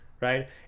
right